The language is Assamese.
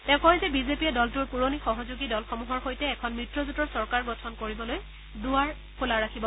তেওঁ কয় যে বিজেপিয়ে দলটোৰ পুৰণি সহযোগী দলসমূহৰ সৈতে এখন মিত্ৰজেঁটৰ চৰকাৰ গঠন কৰিবলৈ দুৱাৰ খোলা ৰাখিব